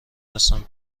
هستم